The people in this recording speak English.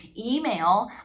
email